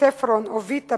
"תפרון" או "ויטה,